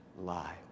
lie